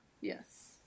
yes